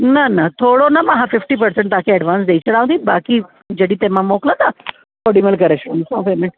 न न थोरो न मां हा फ़िफ़्टी परसेंट तव्हांखे एडवांस ॾेई छॾांव थी बाक़ी जॾहिं तव्हां माल मोकिलींदा ओॾी महिल करे छॾंदीसांव पेमेंट